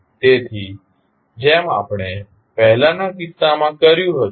તેથી જેમ આપણે પહેલાના કિસ્સામાં કર્યું હતું